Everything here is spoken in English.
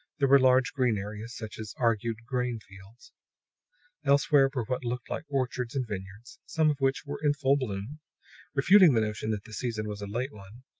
there were large green areas, such as argued grain fields elsewhere were what looked like orchards and vineyards, some of which were in full bloom refuting the notion that the season was a late one.